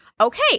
okay